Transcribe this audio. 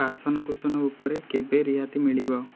ବାସନକୁସନ ଉପରେ କେବେ ରିହାତି ମିଳିବ